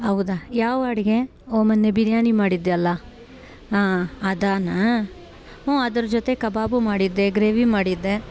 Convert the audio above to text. ಹೌದಾ ಯಾವ ಅಡುಗೆ ಓ ಮೊನ್ನೆ ಬಿರಿಯಾನಿ ಮಾಡಿದ್ದೆ ಅಲ್ಲ ಹಾಂ ಅದಾ ಹ್ಞೂ ಅದ್ರ ಜೊತೆ ಕಬಾಬು ಮಾಡಿದ್ದೆ ಗ್ರೇವಿ ಮಾಡಿದ್ದೆ